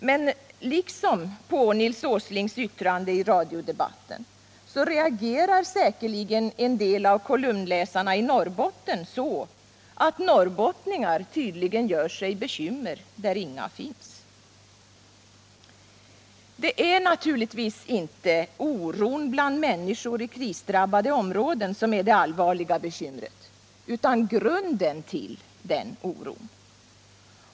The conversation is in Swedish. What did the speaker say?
Men liksom när det gäller Nils Åslings yttrande i radiodebatten reagerar säkert en del av kolumnläsarna i Norrbotten så, att norrbottningarna tydligen gör sig bekymmer där inga finns. Det är naturligtvis inte oron bland människor i krisdrabbade områden som är det allvarliga bekymret utan grunden till oron.